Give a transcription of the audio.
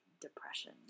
depression